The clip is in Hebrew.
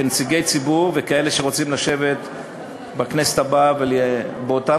כנציגי ציבור וככאלה שרוצים לשבת בכנסת הבאה באותם